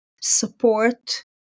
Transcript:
support